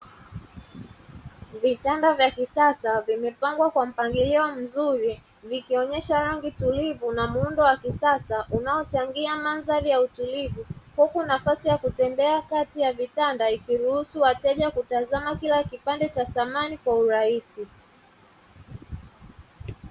Vitanda vya kisasa vimepangwa kwa mpangilio mzuri vikionyesha rangi tulivu na muundo wa kisasa unaochangia mandhari ya utulivu, huku nafasi ya kutembea kati ya vitanda ikiruhusu wateja kutazama kila kipande cha samani kiurahisi.